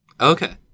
Okay